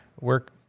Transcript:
work